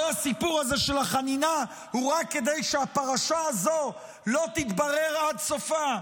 כל הסיפור הזה של החנינה הוא רק כדי שהפרשה הזו לא תתברר עד סופה,